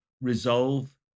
resolve